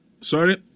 sorry